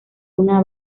una